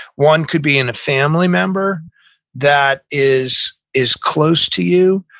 one could be in a family member that is is close to you,